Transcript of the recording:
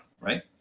right